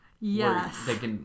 Yes